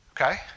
Okay